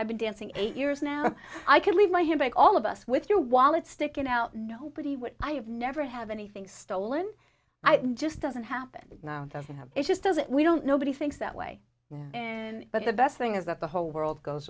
i've been dancing eight years now i could leave my head back all of us with your wallet sticking out nobody would i have never have anything stolen i just doesn't happen no doesn't have it just does it we don't nobody thinks that way you know and but the best thing is that the whole world goes